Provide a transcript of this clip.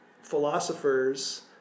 philosophers